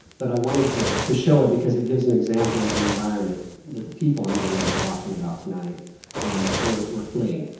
but i wanted to to show it, because it gives an example of the environment that the people i'm going to be talking about tonight were were fleeing,